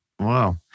Wow